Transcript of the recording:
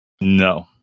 No